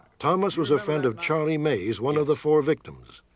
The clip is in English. thomas was a friend of charlie mays, one of the four victims.